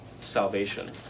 salvation